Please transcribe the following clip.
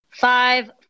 Five